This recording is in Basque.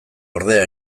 ordea